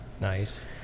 Nice